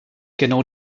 genau